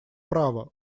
права